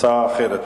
יש לי הצעה אחרת.